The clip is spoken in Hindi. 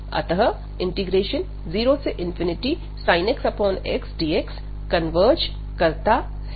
अतः 0sin x xdx कन्वर्ज करता है